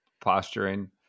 posturing